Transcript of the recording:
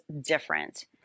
different